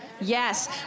Yes